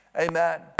Amen